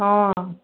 ಹ್ಞೂ